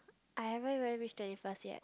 I haven't even reach twenty first yet